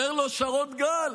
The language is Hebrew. אומר לו שרון גל: